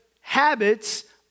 habits